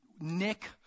Nick